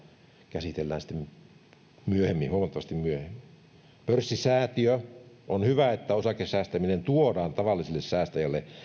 käsitellään sitten huomattavasti myöhemmin pörssisäätiö on hyvä että osakesäästäminen tuodaan tavalliselle säästäjälle